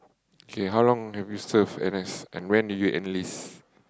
okay have long have you serve N_S and when do you analyse